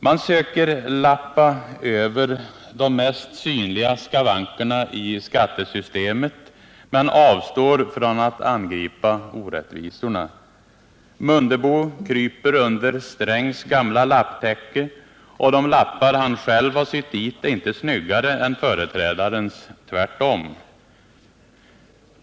Man söker lappa över de mest synliga skavankerna i skattesystemet men avstår från att angripa orättvisorna. Ingemar Mundebo kryper under Gunnar Strängs gamla lapptäcke, och de lappar han själv sytt dit är inte snyggare än företrädarens. Tvärtom!